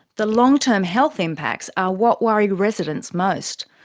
the long term health impacts are what worried residents most.